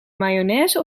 mayonaise